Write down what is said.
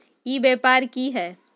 ई व्यापार की हाय?